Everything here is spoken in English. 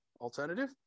alternative